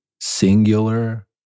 singular